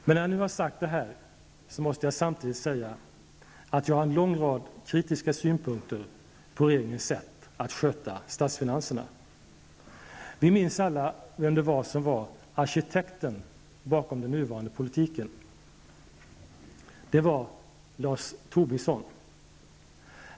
Men när jag har sagt detta måste jag samtidigt säga att jag har en lång rad kritiska synpunkter på regeringens sätt att sköta statsfinanserna. Vi minns alla vem det var som var arkitekten bakom den nuvarande politiken. Det var Lars Tobisson.